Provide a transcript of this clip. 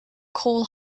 coal